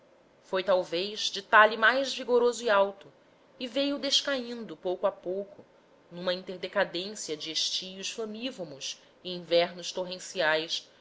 foi talvez de talhe mais vigoroso e alto e veio descaindo pouco a pouco numa intercadência de estios flamívomos e invernos torrenciais